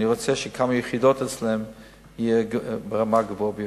אני רוצה שכמה יחידות אצלם יהיו ברמה הגבוהה ביותר.